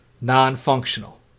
non-functional